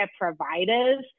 providers